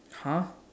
!huh!